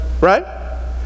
right